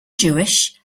jewish